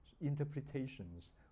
interpretations